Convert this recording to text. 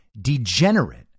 degenerate